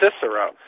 Cicero